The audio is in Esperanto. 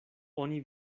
oni